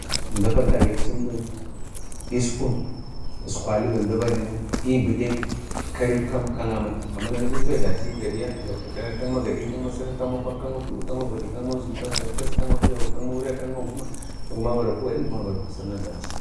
﻿toh əmda paltageksi wud iskuk iskwali bai mda va jlimu əbi'yi karai kan aman ənanu bikwa tira kak magadi, kak masirin kak makwan, kak mafudu, kak mavad, kak masdu, kak magatkasa, kak maltadakwa, kak mawilya, kak maguma, kak maguma varake gadi, maguma varako sirin daku dachi.